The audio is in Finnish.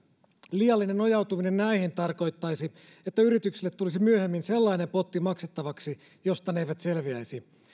liiallinen nojautuminen näihin tarkoittaisi että yrityksille tulisi myöhemmin maksettavaksi sellainen potti josta ne eivät selviäisi